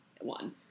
one